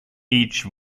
each